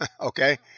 Okay